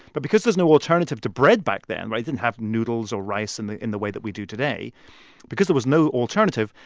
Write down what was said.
but because there's no alternative to bread back then right? they didn't have noodles or rice in the in the way that we do today because there was no alternative,